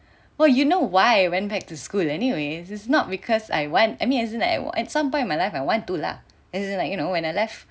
well you know why I went back to school anyways is not because I want I mean isn't that at some point in my life I want to lah as in like you know when I left